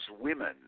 women